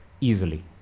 easily